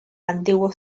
antiguo